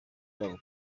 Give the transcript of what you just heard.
cyabo